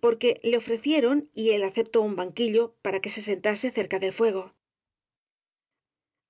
porque le ofrecieron y él aceptó un banquillo para que se sentase cerca del fuego